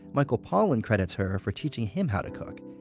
michael pollan credits her for teaching him how to cook.